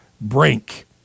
brink